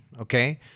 Okay